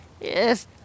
Yes